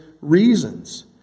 reasons